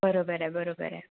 बरोबर आहे बरोबर आहे